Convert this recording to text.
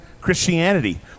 Christianity